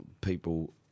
people